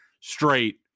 straight